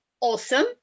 Awesome